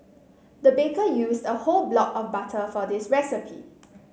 the baker used a whole block of butter for this recipe